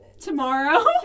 Tomorrow